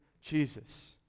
Jesus